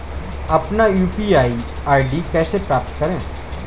अपना UPI ID कैसे प्राप्त करें?